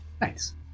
nice